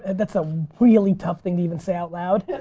that's a really tough thing to even say out loud,